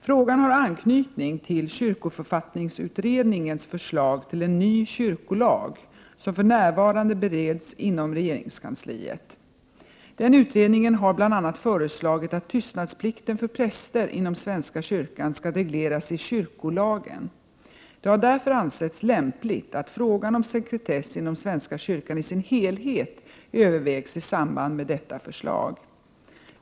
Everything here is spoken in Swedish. Frågan har anknytning till kyrkoförfattningsutredningens förslag till en ny kyrkolag, som för närvarande bereds inom regeringskansliet. Den utredningen har bl.a. föreslagit att tystnadsplikten för präster inom svenska kyrkan skall regleras i kyrkolagen. Det har därför ansetts lämpligt att frågan om sekretess inom svenska kyrkan i sin helhet övervägs i samband med detta förslag.